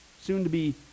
soon-to-be